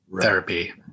therapy